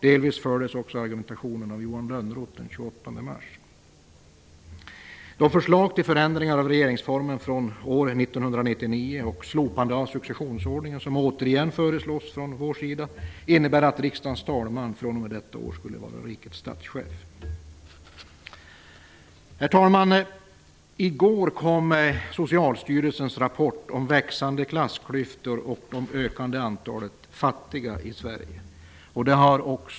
Delvis fördes också den argumentationen fram av Johan De förslag till förändringar av regeringsformen från år 1999 och slopande av successionsordningen som återigen föreslås från vår sida innebär att riksdagens talman från och med detta år skulle vara rikets statschef. Herr talman! I går kom Socialstyrelsens rapport om växande klassklyftor och det ökande antalet fattiga i Sverige.